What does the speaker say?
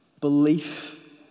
Belief